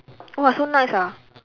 !wah! so nice ah